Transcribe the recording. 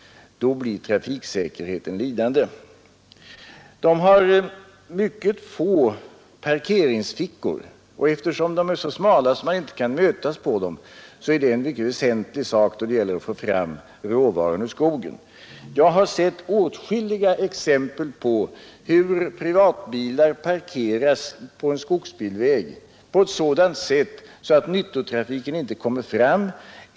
Då blir trafiksäkerheten lidande. Det finns få parkeringsfickor. Jag har sett exempel på hur privatbilar parkerats på en skogsbilväg på ett sådant sätt att nyttotrafiken inte kunnat komma fram.